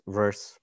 verse